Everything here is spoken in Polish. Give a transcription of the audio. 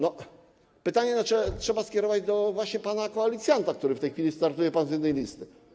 To pytanie trzeba skierować właśnie do pana koalicjanta, z którym w tej chwili startuje pan z jednej listy.